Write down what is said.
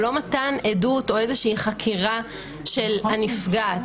הם לא מתן עדות או איזושהי חקירה של הנפגעת.